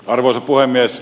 arvoisa puhemies